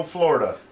Florida